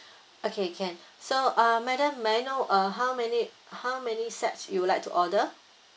okay can so uh madam may I know uh how many how many sets you'd like to order